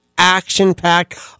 action-packed